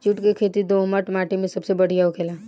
जुट के खेती दोहमट माटी मे सबसे बढ़िया होखेला